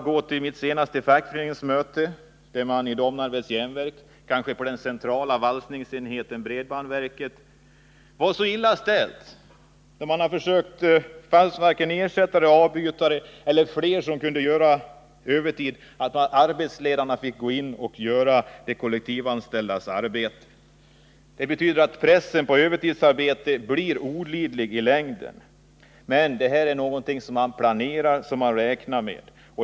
På ett fackföreningsmöte som jag var med på för några dagar sedan berättades att det på den centrala valsenheten, bredbandverket, vid Domnarvets Jernverk var så illa ställt med ersättare och avbytare eller andra som kunde arbeta övertid att arbetsledarna fick gå in på skiften och göra de kollektivanställdas arbete. Pressen på övertidsarbete blir i längden olidlig. Men detta är någonting som man planerar och räknar med.